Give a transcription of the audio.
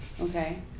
Okay